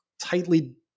tightly